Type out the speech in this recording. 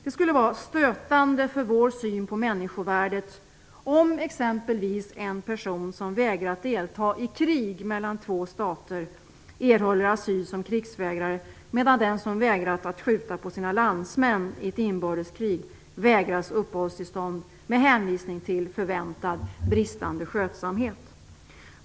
Det skulle vara stötande för vår syn på människovärdet om exempelvis en person som vägrat delta i krig mellan två stater erhåller asyl som krigsvägrare, medan den som vägrat att skjuta på sina landsmän i ett inbördeskrig vägras uppehållstillstånd med hänvisning till förväntad bristande skötsamhet.